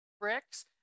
Bricks